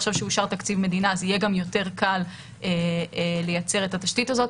עכשיו שאושר תקציב מדינה יהיה יותר קל לייצר את התשתית הזאת.